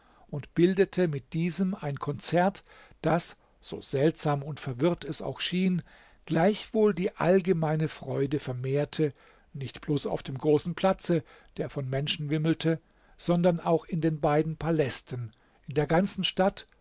und bildete mit diesem ein konzert das so seltsam und verwirrt es auch schien gleichwohl die allgemeine freude vermehrte nicht bloß auf dem großen platze der von menschen wimmelte sondern auch in den beiden palästen in der ganzen stadt